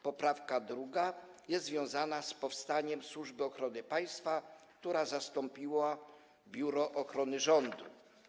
Poprawka 2. jest związana z powstaniem Służby Ochrony Państwa, która zastąpiła Biuro Ochrony Rządu.